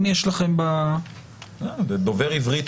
אם יש לכם --- דובר עברית,